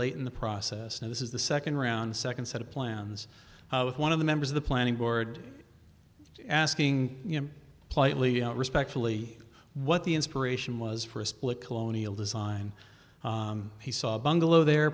late in the process and this is the second round second set of plans with one of the members of the planning board asking him plainly respectfully what the inspiration was for a split colonial design he saw a bungalow there